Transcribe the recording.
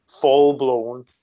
full-blown